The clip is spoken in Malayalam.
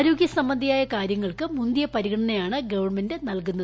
ആരോഗൃ സംബന്ധിയായ കാര്യങ്ങൾക്ക് മുന്തിയ പരിഗണനയാണ് ഗവൺമെന്റ് നൽകുന്നത്